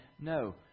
no